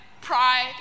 pride